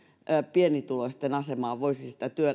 pienituloisten asemaan voisivat sitä